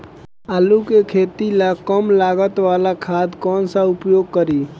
आलू के खेती ला कम लागत वाला खाद कौन सा उपयोग करी?